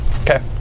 Okay